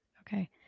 Okay